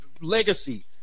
Legacy